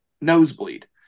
nosebleed